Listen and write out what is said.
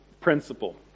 principle